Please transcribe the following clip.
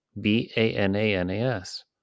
B-A-N-A-N-A-S